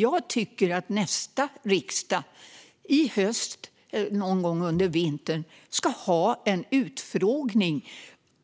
Jag tycker att nästa riksdag, i höst eller någon gång under vintern, ska ha en utfrågning